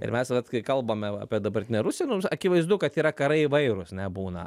ir mes vat kai kalbame va apie dabartinę rusiją mums akivaizdu kad yra karai įvairūs ne būna